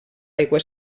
aigua